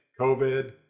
COVID